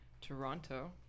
Toronto